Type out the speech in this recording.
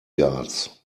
guards